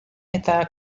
eta